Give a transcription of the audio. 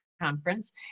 conference